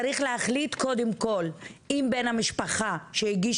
צריך להחליט קודם כל אם בן המשפחה שהגיש